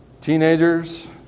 Teenagers